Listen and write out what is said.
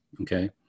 okay